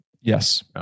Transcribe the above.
Yes